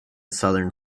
southern